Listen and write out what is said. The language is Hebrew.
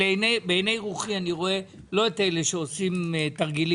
בעיניי רוחי אני רואה לא את אלה שעושים תרגילים